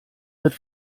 wird